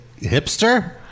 hipster